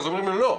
אז אומרים לו: לא,